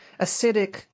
acidic